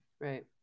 Right